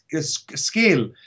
scale